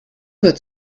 wird